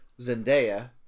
Zendaya